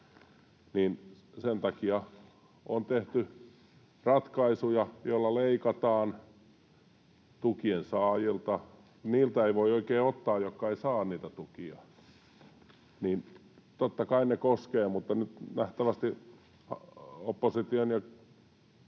sen takia on tehty ratkaisuja, joilla leikataan tukien saajilta. Niiltä ei voi oikein ottaa, jotka eivät saa niitä tukia. Totta kai ne koskevat, mutta nyt nähtävästi opposition ja keskustan